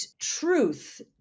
truth